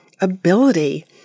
ability